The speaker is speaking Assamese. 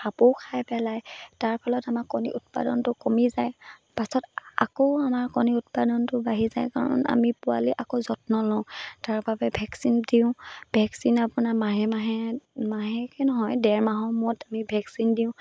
সাপেও খাই পেলাই তাৰ ফলত আমাৰ কণী উৎপাদনটো কমি যায় পাছত আকৌ আমাৰ কণীৰ উৎপাদনটো বাঢ়ি যায় কাৰণ আমি পোৱালি আকৌ যত্ন লওঁ তাৰ বাবে ভেকচিন দিওঁ ভেকচিন আপোনাৰ মাহে মাহে মাহেকে নহয় ডেৰ মাহৰ মূৰত আমি ভেকচিন দিওঁ